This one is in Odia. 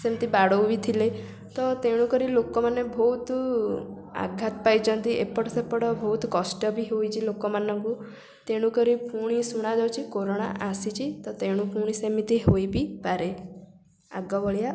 ସେମିତି ବାଡ଼ୋଉ ବି ଥିଲେ ତ ତେଣୁକରି ଲୋକମାନେ ବହୁତ ଆଘାତ ପାଇଛନ୍ତି ଏପଟ ସେପଟ ବହୁତ କଷ୍ଟ ବି ହେଇଛି ଲୋକମାନଙ୍କୁ ତେଣୁ କରି ପୁଣି ଶୁଣାଯାଉଛି କୋରୋନା ଆସିଛି ତ ତେଣୁ ପୁଣି ସେମିତି ହେଇ ବି ପରେ ଆଗ ଭଳିଆ